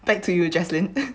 back to you jaslyn